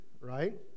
right